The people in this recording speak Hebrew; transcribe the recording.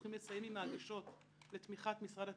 צריכים לסיים עם ההגשות לתמיכת משרד התרבות,